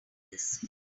this